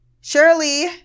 Shirley